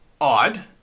odd